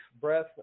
breath